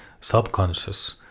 subconscious